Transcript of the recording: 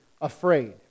afraid